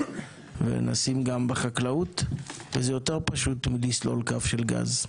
ונשים גם בחקלאות וזה יותר פשוט מלסלול קו של גז.